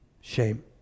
Shame